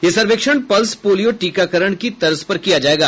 यह सर्वेक्षण pulse polio टीकाकरण की तर्ज पर किया जाएगा